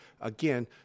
again